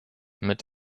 mit